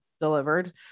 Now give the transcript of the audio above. delivered